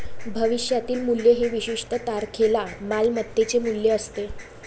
भविष्यातील मूल्य हे विशिष्ट तारखेला मालमत्तेचे मूल्य असते